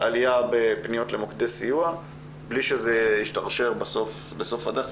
עלייה בפניות למוקדי סיוע בלי שזה ישתרשר בסוף הדרך.